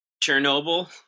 Chernobyl